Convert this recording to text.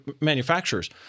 manufacturers